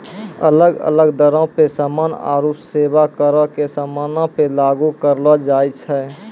अलग अलग दरो पे समान आरु सेबा करो के समानो पे लागू करलो जाय छै